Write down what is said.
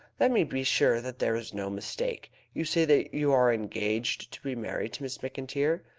let me be sure that there is no mistake. you say that you are engaged to be married to miss mcintyre?